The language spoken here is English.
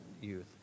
youth